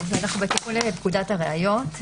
אנחנו בתיקון לפקודת הראיות,